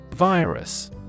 Virus